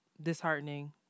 disheartening